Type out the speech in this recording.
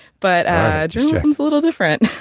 but journalism's a little different.